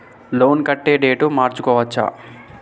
Loan కట్టే date మార్చుకోవచ్చా?